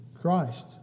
Christ